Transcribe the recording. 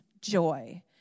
joy